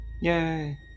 Yay